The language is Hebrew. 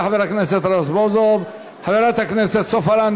חברת הכנסת, ואני מקווה מאוד שתצביעו בעד.